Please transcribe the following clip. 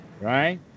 right